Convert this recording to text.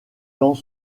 tant